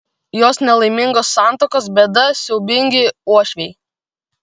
jos nelaimingos santuokos bėda siaubingi uošviai